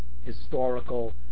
historical